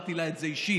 ואמרתי לה את זה אישית,